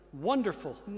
Wonderful